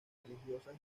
religiosas